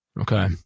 Okay